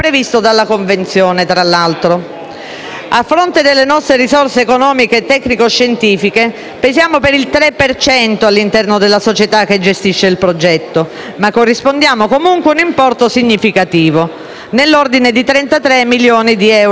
A fronte delle nostre risorse economiche e tecnico-scientifiche, pesiamo per il tre per cento all'interno della società che gestisce il progetto, ma corrispondiamo comunque un importo significativo, nell'ordine di 33 milioni di euro complessivi.